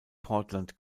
portland